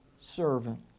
servant